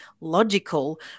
logical